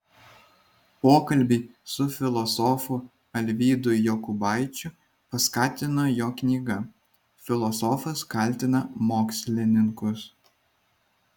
pokalbį su filosofu alvydu jokubaičiu paskatino jo knyga filosofas kaltina mokslininkus